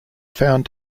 found